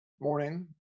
morning